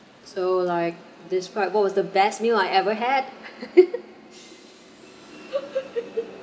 so like describe what was the best meal I ever had